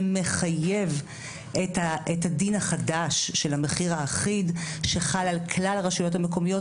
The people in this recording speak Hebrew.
ומחייב את הדין החדש של המחיר האחיד שחל על כלל הרשויות המקומיות,